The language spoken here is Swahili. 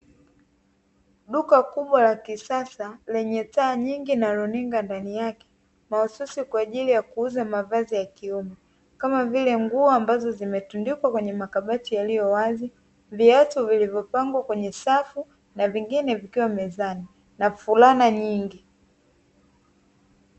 Duka kubwa la kisasa lenye taa nyingi na runinga ndani yake, mahususi kwa ajili ya kuuza mavazi ya kiume kama vile nguo ambazo zimetundikwa kwenye makabati yaliyo wazi, viatu vilivyopangwa kwenye safu na vingine vikiwa mezani na fulana nyingi.